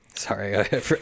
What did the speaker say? Sorry